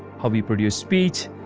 how we produce speech,